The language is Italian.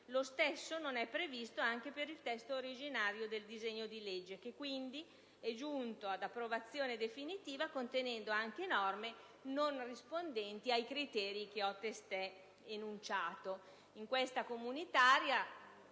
lo stesso non è previsto anche per il testo originario del disegno di legge, che quindi è giunto ad approvazione definitiva contenendo anche norme non rispondenti ai criteri che ho testé enunciato.